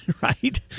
Right